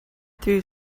through